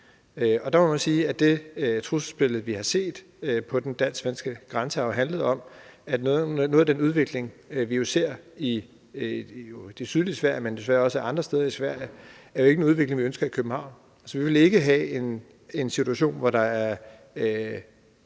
det trusselsbillede, vi har set på den dansk-svenske grænse, har handlet om, at noget af den udvikling, vi ser i det sydlige Sverige, men desværre også andre steder i Sverige, ikke er en udvikling, vi ønsker i København. Vi vil ikke have en situation, hvor der er